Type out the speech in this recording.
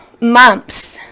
mumps